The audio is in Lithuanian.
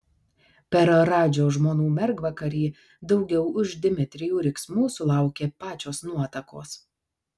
per radžio žmonų mergvakarį daugiau už dmitrijų riksmų sulaukė pačios nuotakos